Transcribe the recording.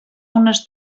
unes